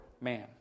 man